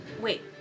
wait